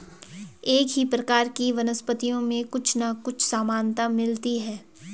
एक ही प्रकार की वनस्पतियों में कुछ ना कुछ समानता मिलती है